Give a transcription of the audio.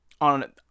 on